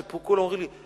שפה כולם אומרים לי: